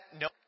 no